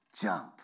jump